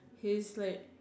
his like